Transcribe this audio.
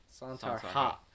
Santarha